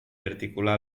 articular